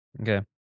Okay